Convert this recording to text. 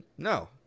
No